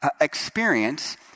experience